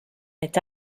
est